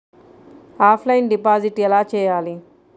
Offline deposit ఎలా చేయాలి?